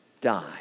die